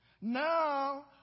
now